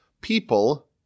people